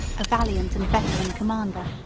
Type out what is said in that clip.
a valiant and veteran commander.